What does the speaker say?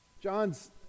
John's